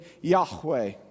Yahweh